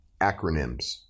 Acronyms